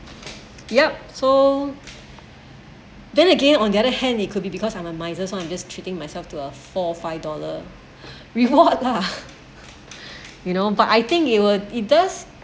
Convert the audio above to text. yup so then again on the other hand it could be because I'm a miser one I'm just treating myself to a four or five dollar reward lah you know but I think it will it does